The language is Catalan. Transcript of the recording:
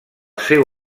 seu